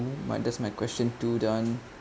that's my question two done